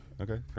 Okay